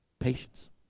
patience